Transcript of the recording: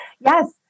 Yes